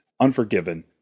Unforgiven